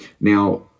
Now